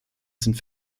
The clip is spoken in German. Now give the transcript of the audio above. sind